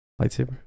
lightsaber